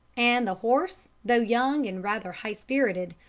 and the horse, though young and rather high-spirited,